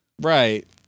Right